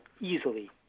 easily